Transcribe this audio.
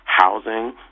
housing